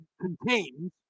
contains